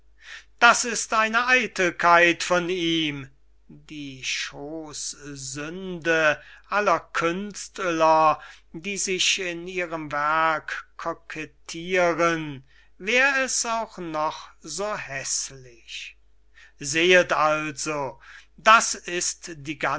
das ist eine eitelkeit von ihm die schoossünde aller künstler die sich in ihrem werk kokettiren wär es auch noch so häßlich sehet also das ist die